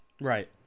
Right